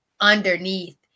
underneath